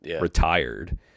retired